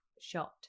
shot